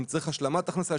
אם צריך השלמת הכנסה,